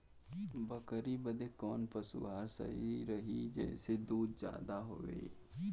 बकरी बदे कवन पशु आहार सही रही जेसे दूध ज्यादा होवे?